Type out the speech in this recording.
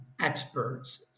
experts